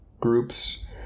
groups